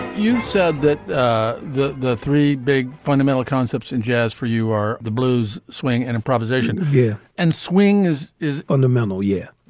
you said that the the three big fundamental concepts in jazz for you are the blues swing and improvisation. yeah, and swing is is fundamental. yeah.